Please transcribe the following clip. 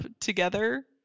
together